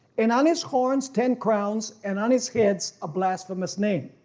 and on his horns ten crowns, and on his head's a blasphemous name.